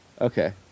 Okay